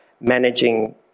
managing